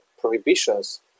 prohibitions